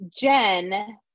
Jen